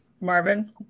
Marvin